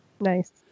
Nice